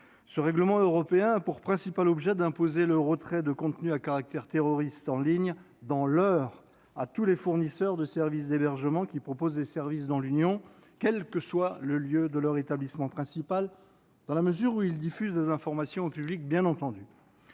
Ce règlement européen a pour principal objet d'imposer, dans l'heure, le retrait de « contenus à caractère terroriste » en ligne à tous les fournisseurs de services d'hébergement qui proposent des services dans l'Union, quel que soit le lieu de leur établissement principal, dans la mesure où ils diffusent des informations au public. Il instaure